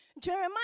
Jeremiah